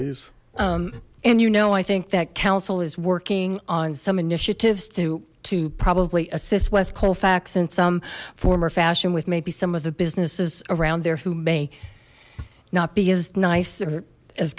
and you know i think that council is working on some initiatives to to probably assist west colfax in some form or fashion with maybe some of the businesses around there who may not be as nice as